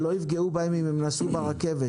שלא יפגעו בהם אם הם נסעו ברכבת?